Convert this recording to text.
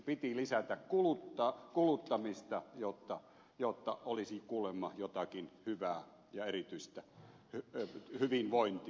piti lisätä kuluttamista jotta olisi kuulemma jotakin hyvää ja erityistä hyvinvointia yhteiskunnassa